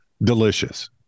delicious